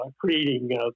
creating